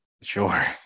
Sure